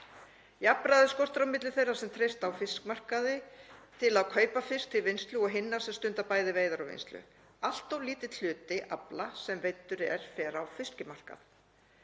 Jafnræði skortir á milli þeirra sem treysta á fiskmarkaði til að kaupa fisk til vinnslu og hinna sem stunda bæði veiðar og vinnslu. Allt of lítill hluti afla sem veiddur er fer á fiskmarkað.